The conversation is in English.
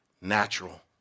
natural